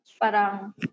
parang